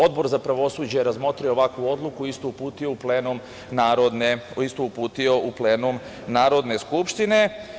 Odbor za pravosuđe je razmotrio ovakvu odluku i istu uputio u plenum Narodne skupštine.